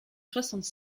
soixante